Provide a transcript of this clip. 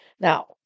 Now